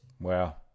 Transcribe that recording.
Wow